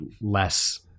less